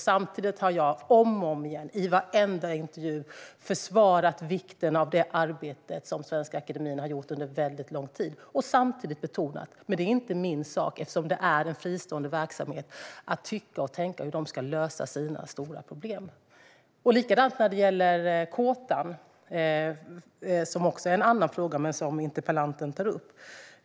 Samtidigt har jag om och om igen, i varenda intervju, försvarat vikten av det arbete Svenska Akademien har gjort under väldigt lång tid - men betonat att det, eftersom det är en fristående verksamhet, inte är min sak att tycka och tänka om hur de ska lösa sina stora problem. Likadant är det när det gäller kåtan, som också är en annan fråga men som interpellanten tar upp.